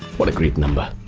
what a great number!